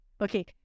Okay